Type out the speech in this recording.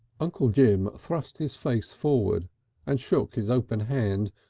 uncle jim thrust his face forward and shook his open hand,